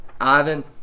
Ivan